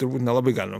turbūt nelabai galima